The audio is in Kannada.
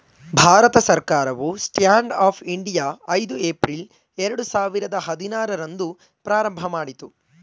ಭಾರತ ಸರ್ಕಾರವು ಸ್ಟ್ಯಾಂಡ್ ಅಪ್ ಇಂಡಿಯಾ ಐದು ಏಪ್ರಿಲ್ ಎರಡು ಸಾವಿರದ ಹದಿನಾರು ರಂದು ಪ್ರಾರಂಭಮಾಡಿತು